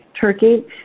turkey